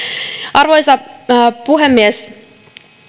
arvoisa puhemies